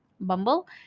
Bumble